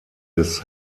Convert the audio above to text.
des